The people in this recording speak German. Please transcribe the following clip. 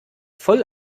voll